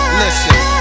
listen